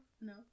No